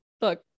Look